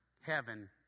heaven